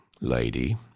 lady